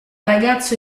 ragazzo